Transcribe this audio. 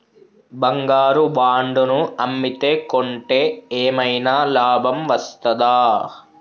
బంగారు బాండు ను అమ్మితే కొంటే ఏమైనా లాభం వస్తదా?